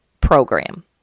program